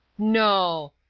no!